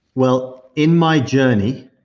well, in my journey,